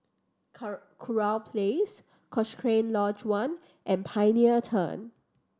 Kurau Place Cochrane Lodge One and Pioneer Turn